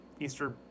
Easter